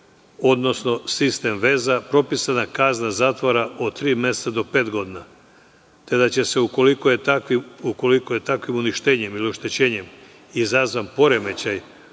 odnosno sistem veza, propisana kazna zatvora od tri meseca do pet godina, te da će se, ukoliko se takvim uništenjem ili oštećenjem izazove poremećaj